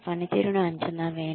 పనితీరును అంచనా వేయండి